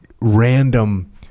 random